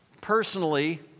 Personally